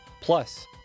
plus